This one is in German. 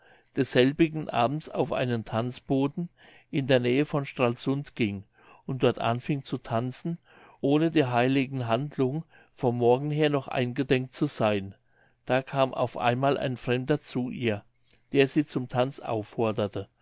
desselbigen abends auf einen tanzboden in der nähe von stralsund ging und dort anfing zu tanzen ohne der heiligen handlung vom morgen her noch eingedenk zu seyn da kam auf einmal ein fremder zu ihr der sie zum tanz aufforderte